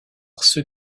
ceux